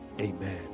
Amen